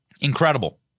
incredible